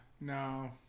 No